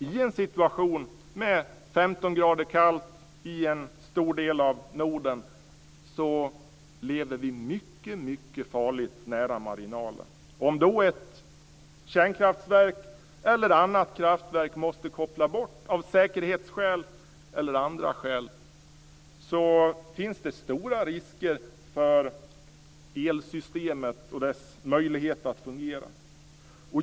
I en situation med 15 grader kallt i en stor del av Norden lever vi mycket farligt nära marginalen. Om ett kärnkraftverk eller ett annat kraftverk då av säkerhetsskäl eller andra skäl måste koppla bort blir det stora brister för elsystemet och dess möjligheter att fungera.